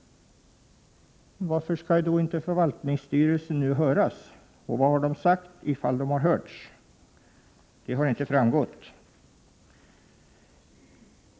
Varför skulle då inte förvaltningsstyrelsen höras? Vad har styrelsen sagt om den nu blivit hörd? Det har inte framkommit.